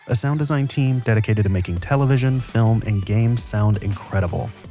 a sound design team dedicated to making television, film, and games sound incredible.